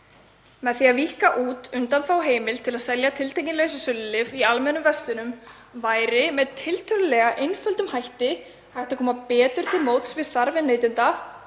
Með því að víkka út undanþáguheimild til að selja tiltekin lausasölulyf í almennum verslunum væri með tiltölulega einföldum hætti hægt að koma betur til móts við þarfir neytenda,